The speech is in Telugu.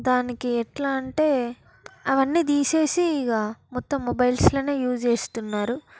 దానికి ఎట్లా అంటే అవన్నీ తీసేసి ఇక మొత్తం మొబైల్స్లోనే యూజ్ చేస్తున్నారు